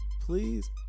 please